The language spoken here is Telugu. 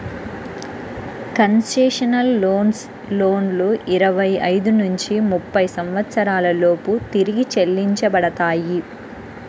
కన్సెషనల్ లోన్లు ఇరవై ఐదు నుంచి ముప్పై సంవత్సరాల లోపు తిరిగి చెల్లించబడతాయి